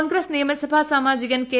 കോൺഗ്രസ് നിയമസഭാ സാമാജകൻ കെ